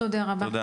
תודה רבה.